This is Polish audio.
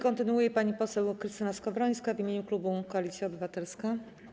Kontynuuje pani poseł Krystyna Skowrońska w imieniu klubu Koalicja Obywatelska.